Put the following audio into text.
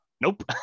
nope